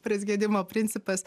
praskiedimo principas